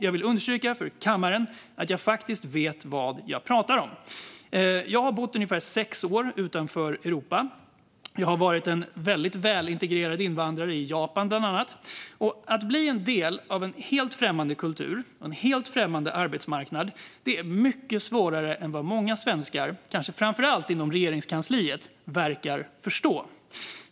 Jag vill understryka för kammaren att jag vet vad jag pratar om. Jag har bott ungefär sex år utanför Europa. Jag har varit en väldigt välintegrerad invandrare i Japan bland annat. Att bli en del av en helt främmande kultur och en helt främmande arbetsmarknad är mycket svårare än vad många svenskar, kanske framför allt inom Regeringskansliet, verkar förstå.